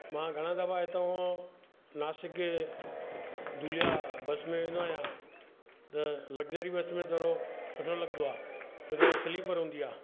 मां घणा दफ़ा हितां खां नासिक खे धुलिया बस में वेंदो आहियां त लग्ज़री बस में थोरो सुठो लॻंदो आहे छो त हो स्लीपर हूंदी आहे